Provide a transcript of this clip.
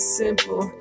simple